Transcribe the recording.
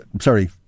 sorry